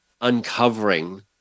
uncovering